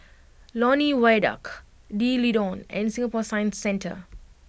Lornie Viaduct D'Leedon and Singapore Science Centre